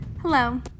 Hello